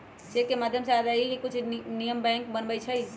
cheque के माध्यम से अदायगी के कुछ नियम बैंक बनबई छई